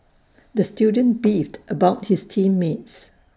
the student beefed about his team mates